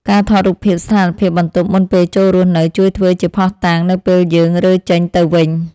ការថតរូបភាពស្ថានភាពបន្ទប់មុនពេលចូលរស់នៅជួយធ្វើជាភស្តុតាងនៅពេលយើងរើចេញទៅវិញ។